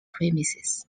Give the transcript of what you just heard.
premises